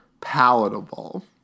Palatable